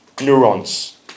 neurons